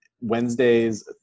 Wednesdays